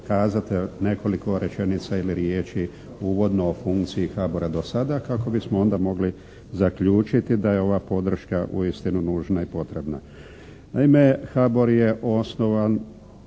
nekoliko rečenica ili riječi uvodno o funkciji HBOR-a do sada kako bismo onda mogli zaključiti da je ova podrška uistinu nužna i potrebna. Naime, HBOR je osnovan